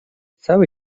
cały